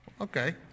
okay